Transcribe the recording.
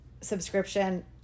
subscription